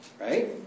right